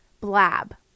blab